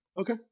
Okay